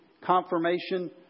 confirmation